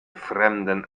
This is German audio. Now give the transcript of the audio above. fremden